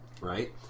right